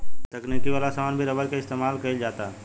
तकनीक वाला समान में भी रबर के इस्तमाल कईल जाता